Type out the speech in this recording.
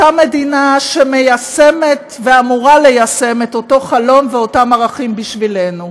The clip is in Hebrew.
אותה מדינה שמיישמת ואמורה ליישם את אותו חלום ואותם ערכים בשבילנו.